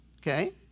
Okay